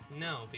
No